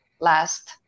last